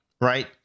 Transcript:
right